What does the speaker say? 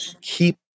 keep